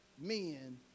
men